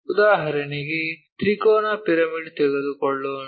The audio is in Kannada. ಉದಾಹರಣೆಗೆ ತ್ರಿಕೋನ ಪಿರಮಿಡ್ ತೆಗೆದುಕೊಳ್ಳೋಣ